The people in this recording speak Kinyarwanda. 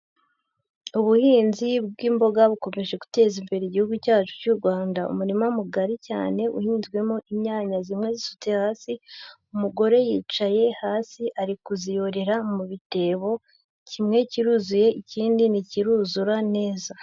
Ubuhinzi bw'imboga bukomeje guteza imbere Igihugu cyacu cy'u Rwanda, umurima mugari cyane uhinzwemo inyanya zimwe zisutse hasi, umugore yicaye hasi ari kuziyorera mu bitebo, kimwe kiruzuye ikindi ntikiruzura neza.